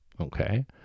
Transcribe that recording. Okay